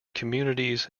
communities